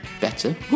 better